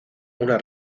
una